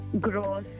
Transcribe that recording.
gross